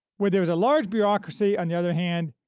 where there is a large bureaucracy, on the other hand,